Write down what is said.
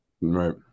right